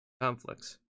Conflicts